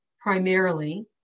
primarily